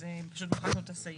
אז פשוט מחקנו את הסעיף.